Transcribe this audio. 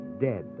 dead